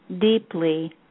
deeply